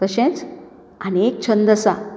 तशेंच आनी एक छंद आसा